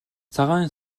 цагаан